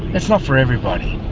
it's not for everybody.